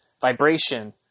vibration